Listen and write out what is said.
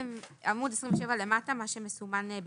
למטה, מה שמסומן במחיקה.